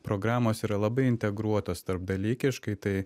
programos yra labai integruotos tarpdalykiškai tai